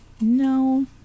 no